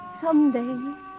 someday